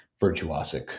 virtuosic